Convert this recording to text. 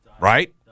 right